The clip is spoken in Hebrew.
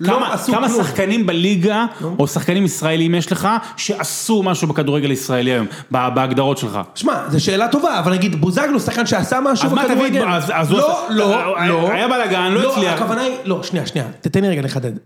כמה שחקנים בליגה, או שחקנים ישראלים יש לך, שעשו משהו בכדורגל ישראלי היום, בהגדרות שלך? שמע, זו שאלה טובה, אבל נגיד בוזגלו, שחקן שעשה משהו בכדורגל... אז מה אתה מבין? לא, לא, לא. היה בלאגן, לא הצליח. לא, הכוונה היא... לא, שנייה, שנייה, תתן לי רגע, אני אחדד.